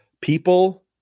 people